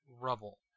rubble